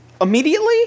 immediately